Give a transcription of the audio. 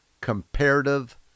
comparative